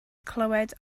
clywed